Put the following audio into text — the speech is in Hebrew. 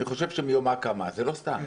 אני חושב שמיומה קמה, זה לא סתם.